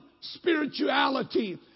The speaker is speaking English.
spirituality